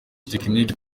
tekiniki